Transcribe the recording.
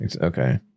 okay